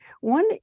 one